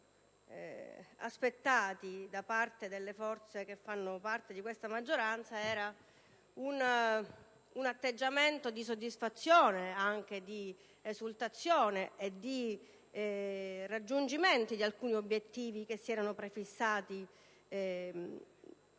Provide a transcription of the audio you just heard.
aspettati da parte delle forze facenti parte di questa maggioranza, era un atteggiamento di soddisfazione, di esultanza e anche di raggiungimento di alcuni obiettivi prefissati con